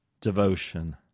devotion